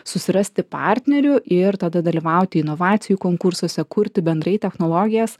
susirasti partnerių ir tada dalyvauti inovacijų konkursuose kurti bendrai technologijas